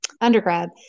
undergrad